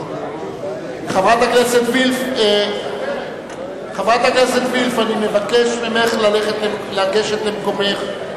חברת הכנסת וילף, אני מבקש ממך לגשת למקומך.